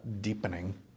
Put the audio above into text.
deepening